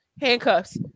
handcuffs